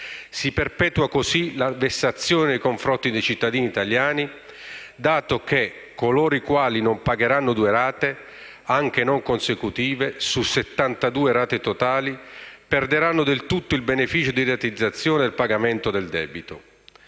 Si perpetua così la vessazione nei confronti dei cittadini italiani, dato che coloro i quali non pagheranno due rate, anche non consecutive, su 72 rate totali perderanno del tutto il beneficio di rateizzazione del pagamento del debito.